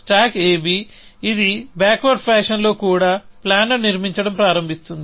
stock ab ఇది backward fashion లో కూడా ప్లాన్ ను నిర్మించడం ప్రారంభిస్తుంది